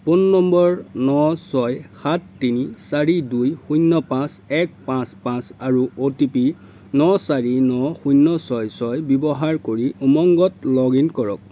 phone নম্বৰ ন ছয় সাত তিনি চাৰি দুই শূন্য পাঁচ এক পাঁচ পাঁচ আৰু অ'টিপি ন চাৰি ন শূন্য ছয় ছয় ব্যৱহাৰ কৰি উমংগত লগ ইন কৰক